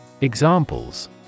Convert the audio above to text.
Examples